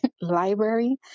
library